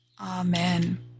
Amen